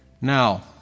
Now